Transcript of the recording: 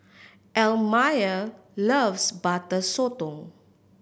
Elmire loves Butter Sotong